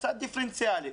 קצת דיפרנציאלי.